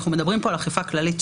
כי בעצם מדובר פה על אכיפה פלילית,